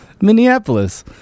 Minneapolis